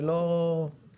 זה לא מעמדתך.